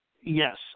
Yes